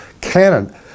canon